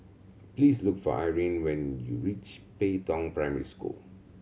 please look for Irene when you reach Pei Tong Primary School